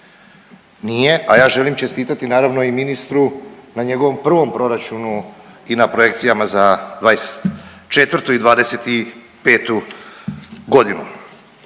nije a ja želim čestitati naravno i ministru na njegovom prvom proračunu i na projekcijama za 2024. i 2025. godinu.